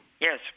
Yes